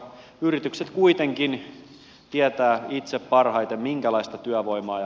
yritykset kuitenkin tietävät itse parhaiten minkälaista työvoimaa ja